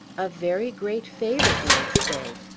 a very great favor, do you say?